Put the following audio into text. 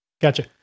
Gotcha